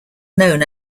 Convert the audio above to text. known